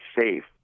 safe